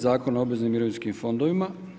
Zakona o obveznim mirovinskim fondovima.